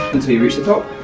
until you reach the top,